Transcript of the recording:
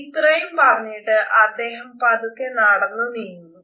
ഇത്രയും പറഞ്ഞിട്ട് അദ്ദേഹം പതുക്കെ നടന്നു നീങ്ങുന്നു